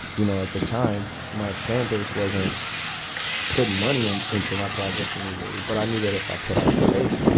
you know, at the time, my fan base wasn't putting money um into my projects immediately. but i knew that if i put out the tape,